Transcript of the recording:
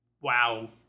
Wow